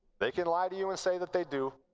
they can lie to you and say that they do.